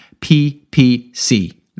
PPC